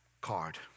card